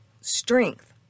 strength